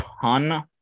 ton